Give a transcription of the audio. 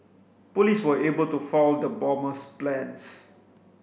police were able to foil the bomber's plans